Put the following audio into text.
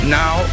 now